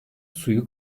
suyu